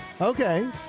Okay